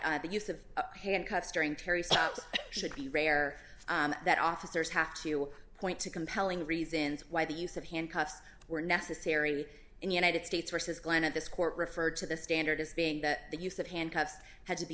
that the use of handcuffs during terry should be rare that officers have to point to compelling reasons why the use of handcuffs were necessary in the united states versus glenn at this court referred to the standard as being that the use of handcuffs had to be